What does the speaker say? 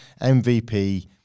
MVP